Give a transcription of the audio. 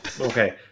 Okay